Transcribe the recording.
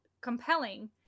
compelling